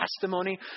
testimony